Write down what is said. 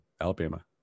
Alabama